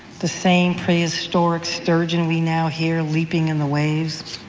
the same prehistoric sturgeon we now hear leaping in the waves?